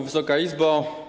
Wysoka Izbo!